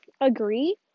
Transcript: agree